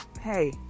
hey